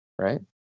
Right